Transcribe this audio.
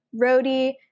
Roadie